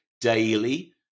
daily